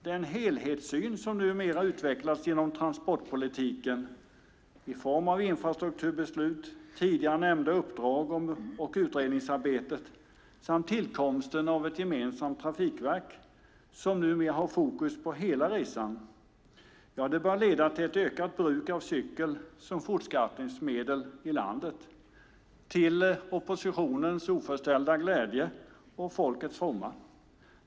Den helhetssyn som utvecklats inom transportpolitiken i form av infrastrukturbeslut, tidigare nämnda uppdrag och utredningsarbete samt tillkomsten av ett gemensamt trafikverk, som numera har fokus på hela resan, bör leda till ett ökat bruk av cykel som fortskaffningsmedel i landet - till oppositionens oförställda glädje och folkets fromma.